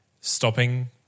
stopping